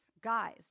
guys